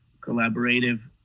collaborative